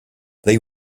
they